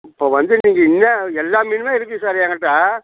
இப்போ வந்து நீங்கள் என்னா எல்லா மீனுமே இருக்குது சார் எங்கிட்டே